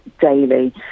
daily